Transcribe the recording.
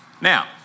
Now